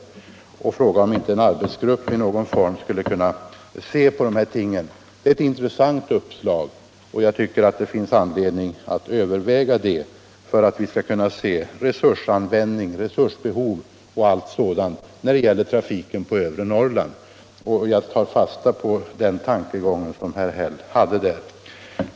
Herr Häll undrade därför om inte en arbetsgrupp kunde se på dessa frågor. Jag tycker det finns anledning att överväga det uppslaget för att vi skall kunna avgöra frågor om resursanvändning, resursbehov och allt sådant när det gäller trafiken på övre Norrland. Jag tar därmed fasta på herr Hälls tankegång.